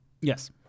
Yes